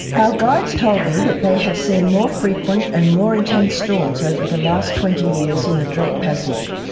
our guides told me that they have seen more frequent and more intense storms over the last twenty years in the drake passage.